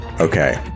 Okay